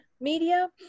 media